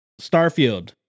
Starfield